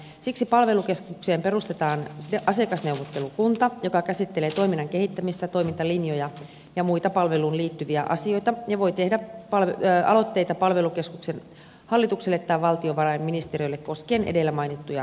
siksi palvelukeskukseen perustetaan asiakasneuvottelukunta joka käsittelee toiminnan kehittämistä toimintalinjoja ja muita palveluun liittyviä asioita ja voi tehdä aloitteita palvelukeskuksen hallitukselle tai valtiovarainministeriölle koskien edellä mainittuja asioita